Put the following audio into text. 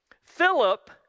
Philip